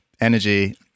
energy